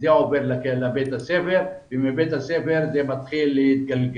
זה עובר לבית הספר ומבית הספר זה מתחיל להתגלגל.